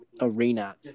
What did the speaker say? arena